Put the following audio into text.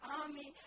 army